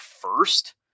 first